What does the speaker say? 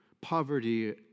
poverty